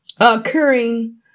occurring